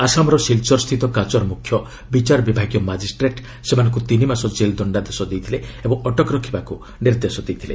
ଆସାମର ସିଲ୍ଚର ସ୍ଥିତ କାଚର ମୁଖ୍ୟ ବିଚାରବିଭାଗୀୟ ମାଜିଷ୍ଟ୍ରେଟ୍ ସେମାନଙ୍କୁ ତିନିମାସ ଜେଲ ଦଶ୍ଡାଦେଶ ଦେଇଥିଲେ ଓ ଅଟକ ରଖିବାକୁ ନିର୍ଦ୍ଦେଶ ଦେଇଥିଲେ